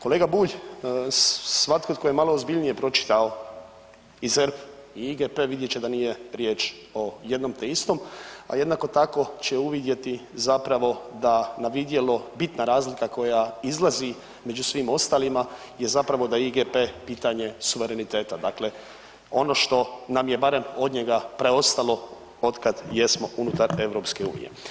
Kolega Bulj, svatko to je malo ozbiljnije pročitao i ZERP i IGP vidjet će da nije riječ o jednom te istom, a jednako tako će uvidjeti da zapravo na vidjelo bitna razlika koja izlazi među svim ostalima je zapravo da IGP pitanje suvereniteta, dakle ono što nam je barem od njega preostalo od kada jesmo unutar EU.